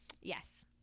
yes